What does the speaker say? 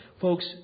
Folks